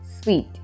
Sweet